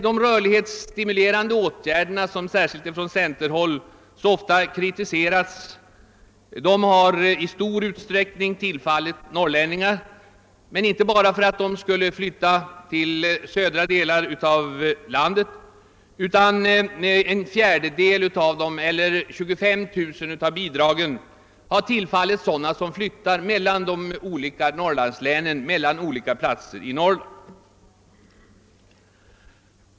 De rörlighetsstimulerande åtgärderna, som särskilt från centerhåll så ofta kritiserats, har vidare i stor utsträckning tillfallit norrlänningar, inte bara för flyttning till de södra delarna av landet utan i en fjärdedel eller 25 000 av fallen för flyttning mellan olika platser i Norrland.